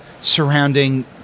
surrounding